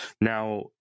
Now